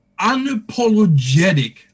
unapologetic